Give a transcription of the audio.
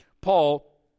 Paul